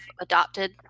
adopted